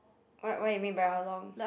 what what you mean by how long